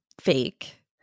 fake